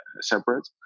separate